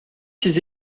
ses